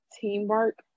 teamwork